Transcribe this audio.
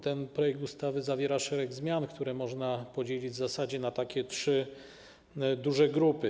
Ten projekt ustawy zawiera szereg zmian, które można podzielić w zasadzie na takie trzy duże grupy.